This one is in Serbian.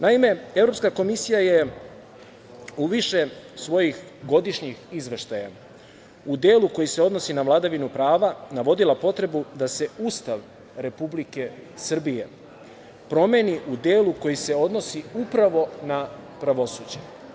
Naime, Evropska komisija je u više svojih godišnjih izveštaja, u delu koji se odnosi na vladavinu prava, navodila potrebu da se Ustav Republike Srbije promeni u delu koji se odnosi upravo na pravosuđe.